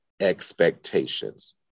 expectations